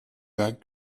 that